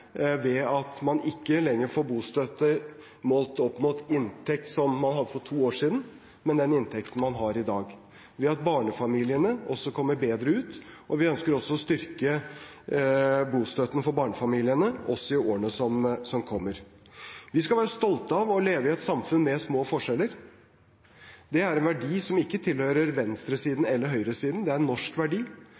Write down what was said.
ved at man ikke lenger får bostøtte målt opp mot inntekten man hadde for to år siden, men mot den inntekten man har i dag, og ved at barnefamiliene også kommer bedre ut. Og vi ønsker å styrke bostøtten for barnefamiliene også i årene som kommer. Vi skal være stolte av å leve i et samfunn med små forskjeller. Det er en verdi som ikke tilhører venstresiden eller høyresiden; det er en norsk verdi.